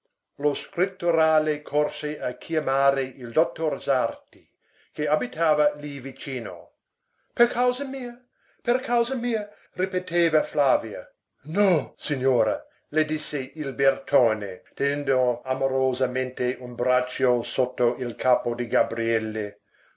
mia lo scritturale corse a chiamare il dottor sarti che abitava lì vicino per causa mia per causa mia ripeteva flavia no signora le disse il bertone tenendo amorosamente un braccio sotto il capo di gabriele